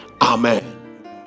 Amen